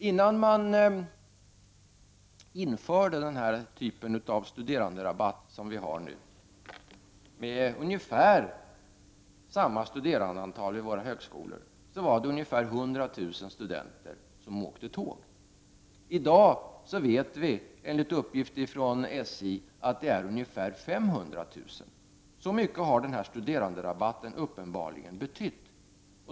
Innan den typ av studeranderabatt vi nu har infördes, vid en tid med ungefär samma antal studerande vid våra högskolor, var det omkring 100 000 studenter som åkte tåg. I dag vet vi, genom uppgifter från SJ, att siffran är ungefär 500 000. Så mycket har denna studeranderabatt uppenbarligen betytt.